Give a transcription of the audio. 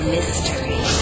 Mystery